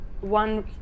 one